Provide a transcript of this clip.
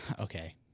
Okay